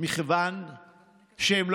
אם אתם רוצים לקיים את השיחות,